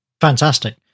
Fantastic